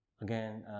again